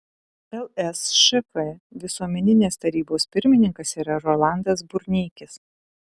lsšf visuomeninės tarybos pirmininkas yra rolandas burneikis